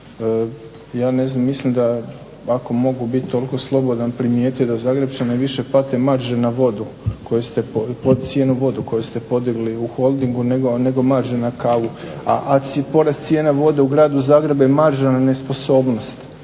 kavu ja mislim da ako mogu biti toliko slobodan i primijetiti da zagrepčane više pate marže na vodu koju ste podigli u holdingu nego marže na kavu. A porast cijena vode u gradu Zagrebu je marža na nesposobnost